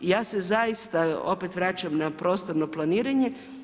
Ja se zaista opet vraćam na prostorno planiranje.